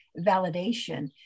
validation